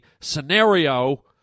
scenario